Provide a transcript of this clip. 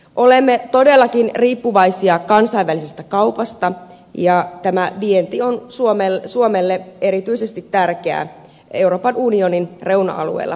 olemme todellakin riippuvaisia kansainvälisestä kaupasta ja vienti on suomelle erityisesti tärkeää euroopan unionin reuna alueella ollessamme